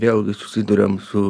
vėl susiduriam su